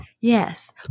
Yes